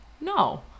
no